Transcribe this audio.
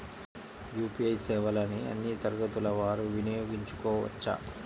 UPI సేవలని అన్నీ తరగతుల వారు వినయోగించుకోవచ్చా?